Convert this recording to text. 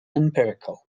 empirical